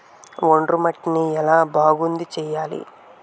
ఒండ్రు మట్టిని ఎలా బాగుంది చేయాలి?